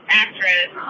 actress